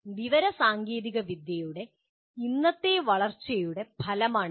വിവരസാങ്കേതിക വിദ്യയുടെ ഇന്നത്തെ വളർച്ചയുടെ ഫലമാണിത്